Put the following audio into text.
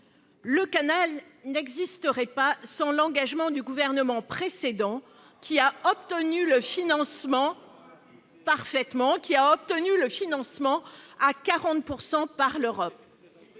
le canal n'existerait pas sans l'engagement du gouvernement précédent, qui a obtenu le financement à 40 % par l'Europe.